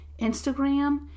Instagram